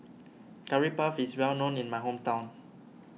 Curry Puff is well known in my hometown